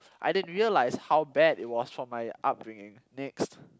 I didn't realise how bad it was for my upbringing next